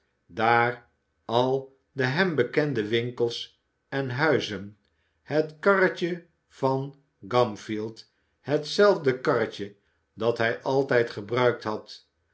daar al de hem bekende winkels en huizen het karretje van gamfield hetzelfde karretje dat hij altijd gebruikt had